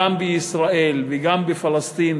גם בישראל וגם בפלסטין,